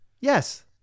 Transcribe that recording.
Yes